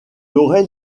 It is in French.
aurait